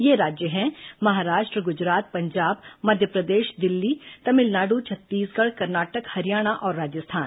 ये राज्य हैं महाराष्ट्र गुजरात पंजाब मध्यप्रदेश दिल्ली तमिलनाडु छत्तीसगढ कर्नाटक हरियाणा और राजस्थान